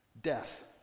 death